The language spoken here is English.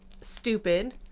stupid